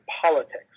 politics